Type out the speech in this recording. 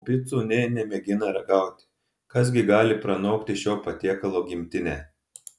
o picų nė nemėgina ragauti kas gi gali pranokti šio patiekalo gimtinę